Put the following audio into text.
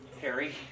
Harry